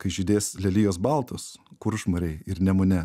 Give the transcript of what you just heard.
kai žydės lelijos baltos kuršmarėj ir nemune